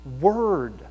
word